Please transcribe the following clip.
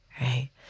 right